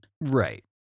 Right